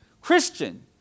Christian